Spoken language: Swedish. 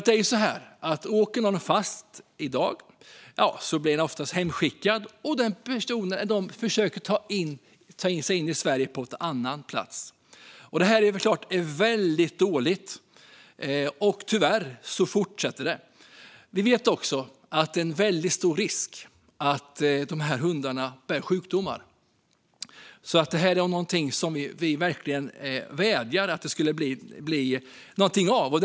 Det är nämligen så att om någon åker fast i dag blir den personen ofta hemskickad. Den personen försöker sedan ta sig in i Sverige på en annan plats. Detta är såklart väldigt dåligt, och tyvärr fortsätter det. Vi vet också att det finns en väldigt stor risk att dessa hundar bär på sjukdomar. Därför vädjar vi verkligen om att det ska bli någonting av det som har föreslagits.